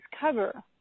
cover